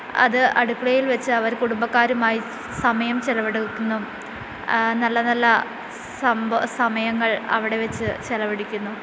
അത് അടുക്കളയിൽ വച്ചവർ കുടുംബക്കാരുമായി സമയം ചിലവിടുന്നു നല്ല നല്ല സമയങ്ങൾ അവിടെ വച്ച് ചിലവഴിക്കുന്നു